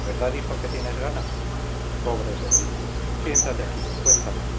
verdad hijo que tienes gana pobre sordito siéntate aquí cuéntame